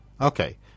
Okay